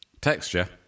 Texture